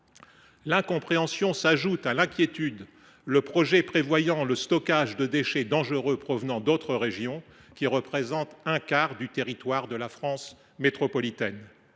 L’incompréhension s’ajoute à l’inquiétude, le projet prévoyant le stockage de déchets dangereux issus d’autres régions qui représentent un quart du territoire de la France métropolitaine.